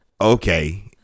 okay